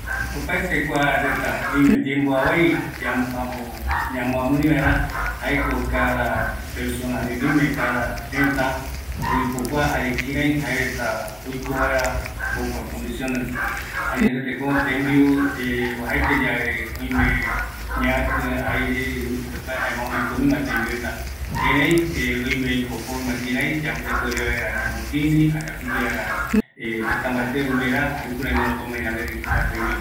öimeko opaete tëtärupi kua ɨvɨakɨ yepeaiva, erei yaikatutavi yayepokua kuanunga rupi, aguiyeara yaiporara, jare ikavi vaera yaiko, aguiyeara öikomegua yanderenbiu reta, yaikatutavi kïrai ñamotïni yandero, ikavi vaera yanderembiu reta